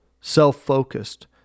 self-focused